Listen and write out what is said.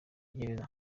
gereza